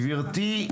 גברתי,